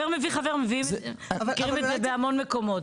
חבר, אנחנו מכירים את זה בהמון מקומות.